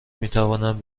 میتوانند